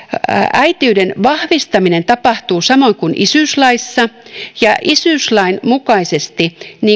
äitiyden vahvistaminen tapahtuu samoin kuin isyyslaissa ja isyyslain mukaisesti